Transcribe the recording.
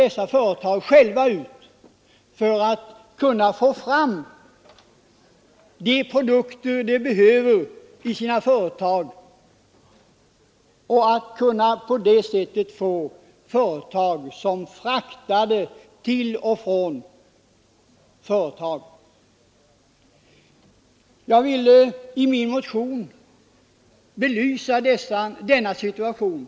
Dessa företag har själva kostat på förbättringar av vägarna för att man skulle kunna frakta den materiel de behöver och de produkter som framställs. Jag har i min motion velat belysa denna situation.